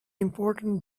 important